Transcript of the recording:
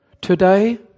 Today